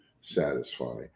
satisfy